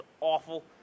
awful